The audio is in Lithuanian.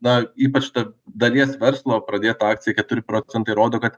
na ypač tarp dalies verslo pradėta akcija keturi procentai rodo kad